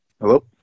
Hello